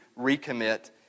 recommit